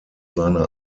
seiner